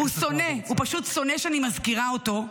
הוא שונא, הוא פשוט שונא שאני מזכירה אותו,